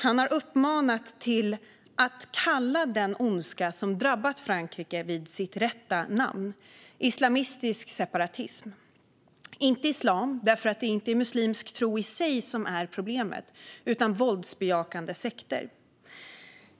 Han har uppmanat till att kalla den ondska som drabbat Frankrike vid dess rätta namn: islamistisk separatism. Det är inte islam, för det är inte muslimsk tro i sig som är problemet utan våldsbejakande sekter.